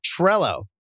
Trello